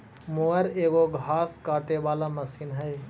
mower एगो घास काटे वाला मशीन हई